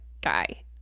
guy